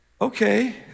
okay